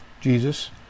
Jesus